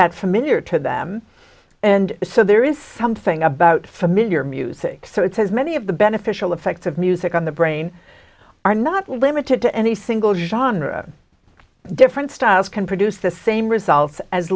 that familiar to them and so there is something about familiar music so it says many of the beneficial effects of music on the brain are not limited to any single genre different styles can produce the same results as